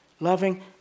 Loving